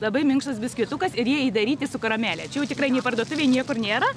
labai minkštas biskvitukas ir jie įdaryti su karamele čia jau tikrai nei parduotuvėj niekur nėra